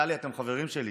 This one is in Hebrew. טלי: אתם חברים שלי.